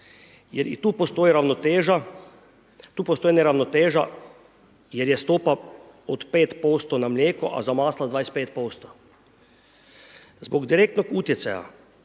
tu postoji neravnoteža, jer je stopa od 5% na mlijeko, a za maslac za 25%. Zbog direktnog utjecaja